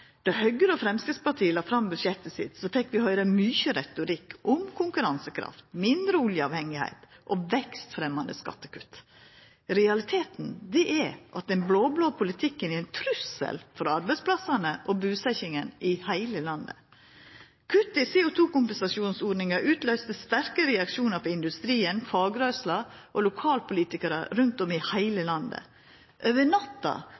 Då Høgre og Framstegspartiet la fram budsjettet sitt, fekk vi høyra mykje retorikk om konkurransekraft, mindre oljeavhengigheit og vekstfremmande skattekutt. Realiteten er at den blå-blå politikken er ein trussel for arbeidsplassane og busetjinga i heile landet. Kuttet i CO2-kompensasjonsordninga utløyste sterke reaksjonar frå industrien, fagrørsla og lokalpolitikarar rundt i heile landet. Over natta